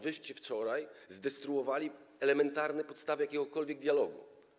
Wy wczoraj zdestruowaliście elementarne podstawy jakiegokolwiek dialogu.